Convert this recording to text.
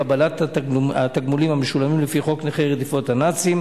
הקואליציה בחוק, למרות התנגדות הממשלה.